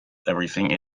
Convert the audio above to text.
everything